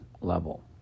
level